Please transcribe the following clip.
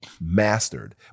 mastered